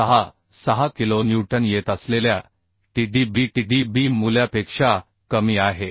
66 kilo newton येत असलेल्या t d b t d b मूल्यापेक्षा कमी आहे